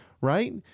right